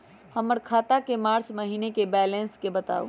हमर खाता के मार्च महीने के बैलेंस के बताऊ?